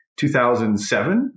2007